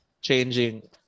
changing